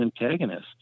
antagonists